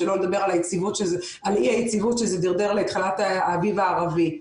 שלא לדבר על אי-היציבות שזה דרדר לתחילת ה"אביב הערבי".